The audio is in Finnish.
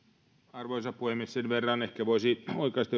arvoisa puhemies sen verran ehkä voisi oikaista